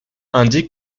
indique